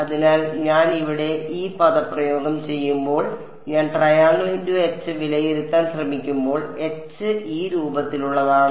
അതിനാൽ ഞാൻ ഇവിടെ ഈ പദപ്രയോഗം ചെയ്യുമ്പോൾ ഞാൻ വിലയിരുത്താൻ ശ്രമിക്കുമ്പോൾ H ഈ രൂപത്തിലുള്ളതാണ്